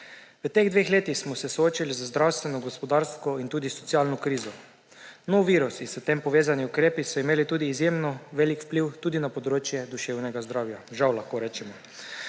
V teh dveh letih smo se soočili z zdravstveno, gospodarsko in tudi socialno krizo. Nov virus in s tem povezani ukrepi so imeli tudi izjemno velik vpliv tudi na področje duševnega zdravja − žal, lahko rečemo.